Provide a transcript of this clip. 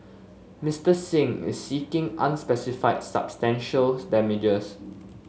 Mister Singh is seeking unspecified substantial damages